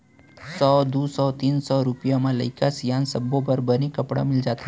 सौ, दू सौ, तीन सौ रूपिया म लइका सियान सब्बो बर बने कपड़ा मिल जाथे